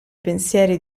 pensieri